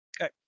Okay